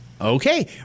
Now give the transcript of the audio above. Okay